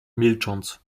milcząc